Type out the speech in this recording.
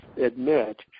admit